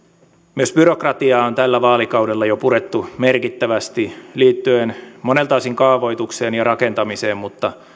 myös byrokratiaa on tällä vaalikaudella jo purettu merkittävästi liittyen monelta osin kaavoitukseen ja rakentamiseen mutta